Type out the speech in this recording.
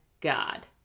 God